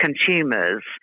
consumers